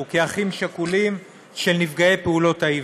כאחים שכולים של נפגעי פעולות האיבה.